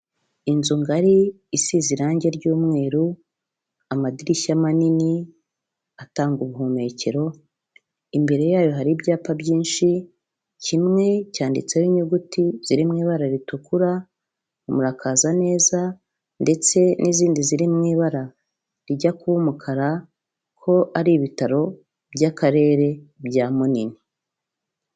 Inzu ngari isize irangi ry'umweru amadirishya manini atanga ubuhumekero, imbere yayo hari ibyapa byinshi kimwe cyanditseho inyuguti ziri mu ibara ritukura, murakaza neza ndetse n'izindi ziri mu ibara rijya kuba umukara ko ari ibitaro by'akarere bya munini.